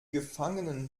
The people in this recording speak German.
gefangenen